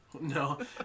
No